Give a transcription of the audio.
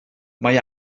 mae